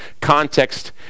context